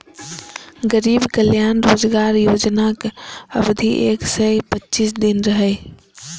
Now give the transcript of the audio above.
गरीब कल्याण रोजगार योजनाक अवधि एक सय पच्चीस दिन रहै